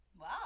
Wow